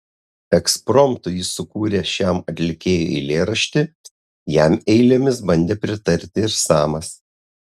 ekspromtu jis sukūrė šiam atlikėjui eilėraštį jam eilėmis bandė pritarti ir samas